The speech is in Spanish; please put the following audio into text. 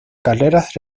carreras